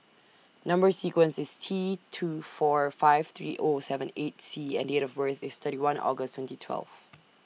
Number sequence IS T two four five three O seven eight C and Date of birth IS thirty one August twenty twelve